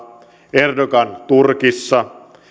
erdogan turkissa